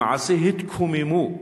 למעשה התקוממו,